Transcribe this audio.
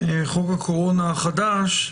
חוק הקורונה החדש,